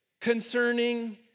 concerning